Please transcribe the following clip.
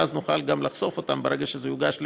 ואז נוכל גם לחשוף אותם ברגע שזה יוגש לבג"ץ.